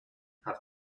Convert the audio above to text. have